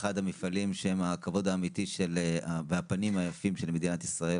אחד המפעלים שהם הכבוד האמיתי והפנים היפים של מדינת ישראל.